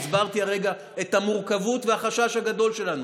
הסברתי הרגע את המורכבות והחשש הגדול שלנו.